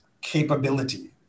capability